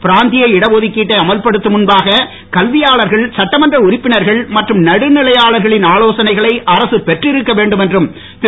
பிராந்திய இட ஒதுக்கிட்டை அமல்படுத்தும் முன்பாக கல்வியாளர்கள் சட்டமன்ற உறுப்பினர்கள் மற்றும் நடுநிலையாளர்களின் ஆலோசனைகளை அரசு பெற்றிருக்க வேண்டும் என்றும் திரு